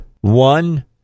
One